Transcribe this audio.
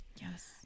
Yes